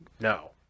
no